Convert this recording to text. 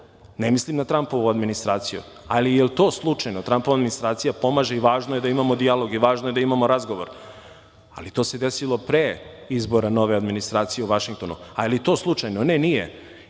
ne mislim na Trampovu administraciju, ali jel i to slučajno, Trampova administracija pomaže i važno je da imamo dijaloge i razgovore, ali to se desilo pre izbora nove administracije u Vašingtonu, a jel i to slučajno? Ne nije,